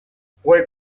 fue